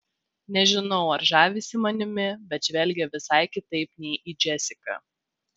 nežinau ar žavisi manimi bet žvelgia visai kitaip nei į džesiką